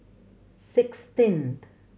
sixteenth